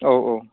औ औ